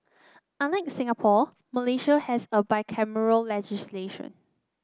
unlike Singapore Malaysia has a bicameral legislation